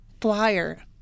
flyer